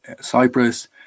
Cyprus